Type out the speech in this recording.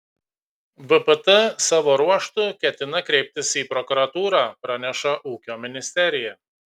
vpt savo ruožtu ketina kreiptis į prokuratūrą praneša ūkio ministerija